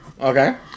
Okay